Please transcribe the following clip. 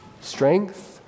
strength